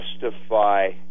justify